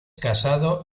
casado